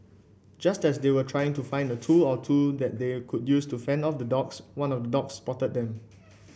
just as they were trying to find a tool or two that they could use to fend off the dogs one of the dogs spotted them